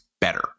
better